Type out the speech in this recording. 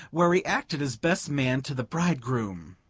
where he acted as best man to the bridegroom.